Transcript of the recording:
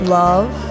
love